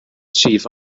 chief